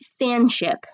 fanship